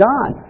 God